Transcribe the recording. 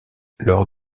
lors